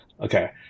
Okay